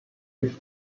its